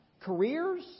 careers